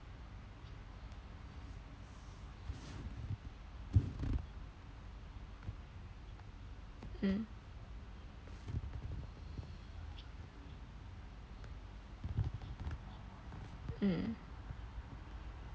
mm mm